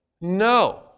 No